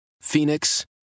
Phoenix